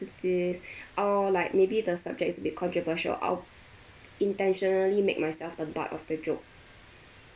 sensitive or like maybe the subject's a bit controversial I'll intentionally make myself a butt of the joke